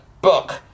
book